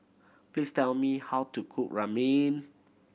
please tell me how to cook Ramen